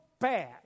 bad